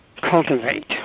cultivate